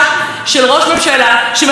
אני לא ארחיב במה שחבריי הקודמים,